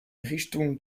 richtung